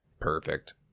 Perfect